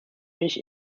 mich